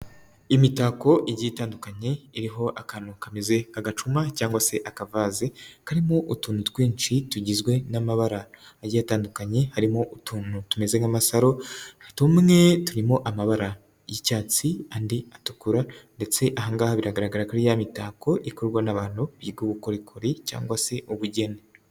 Imitako igiye itandukanye iriho akantu kameze nk'agacuma cyangwa se akavazi, karimo utuntu twinshi tugizwe n'amabara agiye atandukanye harimo utuntu tumeze nk'amasaro, tumwe turimo amabara y'icyatsi andi atukura ndetse aha ngaha biragaragara ko ari ya mitako ikorwa n'abantu biga ubukorikori cyangwa se ubugeni.